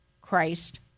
Christ